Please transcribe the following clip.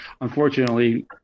unfortunately